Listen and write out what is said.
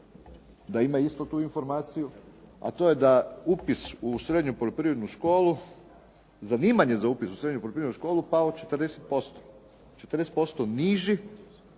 da ima istu tu informaciju, a to je da upis u srednju poljoprivrednu školu, zanimanje za upis u srednju poljoprivrednu školu pao 40%, 40% niži